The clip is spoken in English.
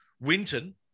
Winton